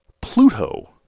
Pluto